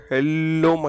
Hello